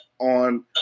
on